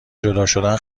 جداشدن